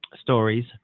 stories